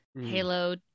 halo